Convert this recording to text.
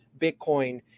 Bitcoin